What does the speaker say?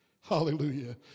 hallelujah